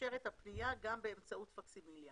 יאפשר את הפנייה גם באמצעות פקסימיליה".